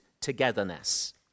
togetherness